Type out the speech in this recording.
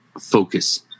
focus